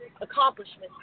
accomplishments